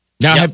Now